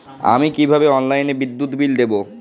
আমি কিভাবে অনলাইনে বিদ্যুৎ বিল দেবো?